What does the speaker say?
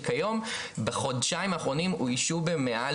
שכיום בחודשיים האחרונים אוישו במעל